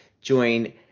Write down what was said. Join